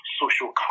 social